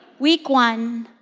week one,